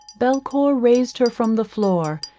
belcour raised her from the floor,